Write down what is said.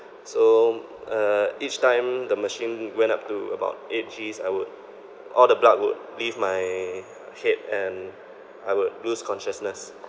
so uh each time the machine went up to about eight Gs I would all the blood would leave my head and I would lose consciousness